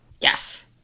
Yes